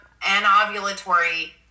anovulatory